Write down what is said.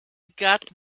got